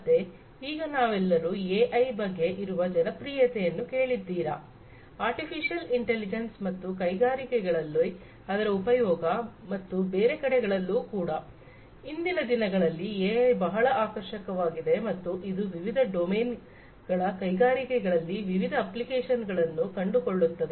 ಮತ್ತೆ ಈಗ ನೀವೆಲ್ಲರೂ ಎಐ ಬಗ್ಗೆ ಇರುವ ಜನಪ್ರಿಯತೆಯನ್ನು ಕೇಳಿದ್ದೀರಾ ಆರ್ಟಿಫಿಶಿಯಲ್ ಇಂಟಲಿಜೆನ್ಸ್ ಮತ್ತು ಕೈಗಾರಿಕೆಗಳಲ್ಲಿ ಅದರ ಉಪಯೋಗ ಮತ್ತು ಬೇರೆ ಕಡೆಗಳಲ್ಲೂ ಕೂಡ ಇಂದಿನ ದಿನಗಳಲ್ಲಿ ಎಐ ಬಹಳ ಆಕರ್ಷಕವಾಗಿದೆ ಮತ್ತು ಇದು ವಿವಿಧ ಡೊಮೇನ್ಗಳ ಕೈಗಾರಿಕೆಗಳಲ್ಲಿ ವಿವಿಧ ಅಪ್ಲಿಕೇಶನ್ಗಳನ್ನು ಕಂಡುಕೊಳ್ಳುತ್ತದೆ